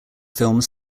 films